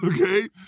Okay